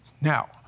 Now